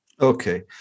Okay